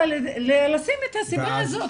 אבל לשים את הסיבה הזו,